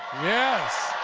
yes!